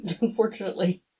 unfortunately